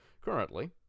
Currently